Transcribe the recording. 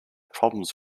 problems